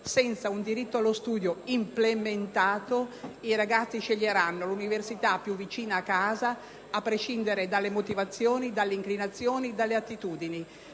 senza un diritto allo studio implementato, i ragazzi sceglieranno l'università più vicina a casa, a prescindere dalle motivazioni, dalle inclinazioni o dalle attitudini.